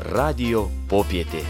radijo popietė